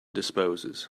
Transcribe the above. disposes